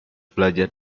belajar